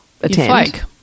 attend